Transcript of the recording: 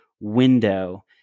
window